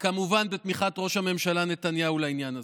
כמובן בתמיכת ראש הממשלה נתניהו בעניין הזה.